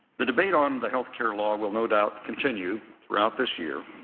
the debate on the health care law will no doubt continue throughout this year.